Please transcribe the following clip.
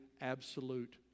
absolute